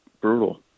brutal